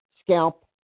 scalp